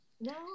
No